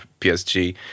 PSG